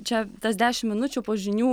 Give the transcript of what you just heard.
čia tas dešim minučių po žinių